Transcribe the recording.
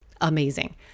amazing